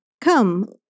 come